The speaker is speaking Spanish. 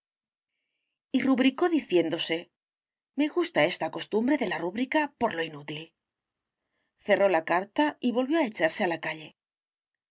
y rubricó diciéndose me gusta esta costumbre de la rúbrica por lo inútil cerró la carta y volvió a echarse a la calle